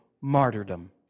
martyrdom